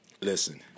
listen